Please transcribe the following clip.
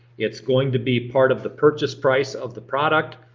it's going to be part of the purchase price of the product.